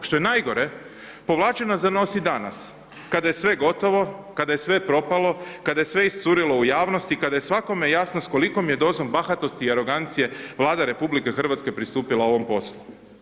Što je najgore, povlače nas za nos i danas kada je sve gotovo, kada je sve propalo, kada je sve iscurilo u javnost i kada je svakome jasno s kolikom je dozom bahatosti i arogancije Vlada RH pristupila ovom poslu.